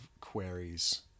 queries